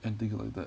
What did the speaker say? and things like that